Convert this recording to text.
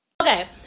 Okay